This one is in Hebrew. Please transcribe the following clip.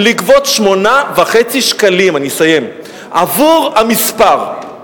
8.5 שקלים עבור המספר.